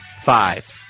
five